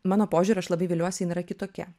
mano požiūriu aš labai viliuosi jin yra kitokia